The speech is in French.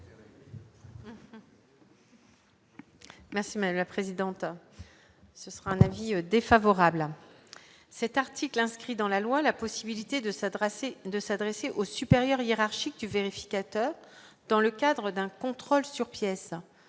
Merci madame la présidente, ce sera un avis défavorable,